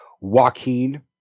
Joaquin